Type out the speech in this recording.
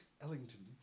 Ellington